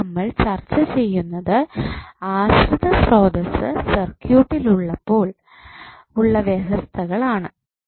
അവിടെ നമ്മൾ ചർച്ച ചെയ്യുന്നത് ആശ്രിത സ്രോതസ്സ് സർക്യൂട്ടിൽ ഉള്ളപ്പോൾ ഉള്ള വ്യവസ്ഥിതികൾ ആണ്